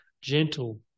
gentle